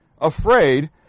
Afraid